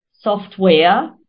software